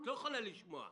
את לא יכולה לשמוע.